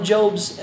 Job's